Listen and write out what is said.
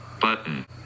Button